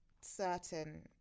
certain